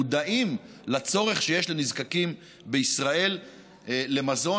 הם מודעים לצורך שיש לנזקקים בישראל במזון